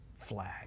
flag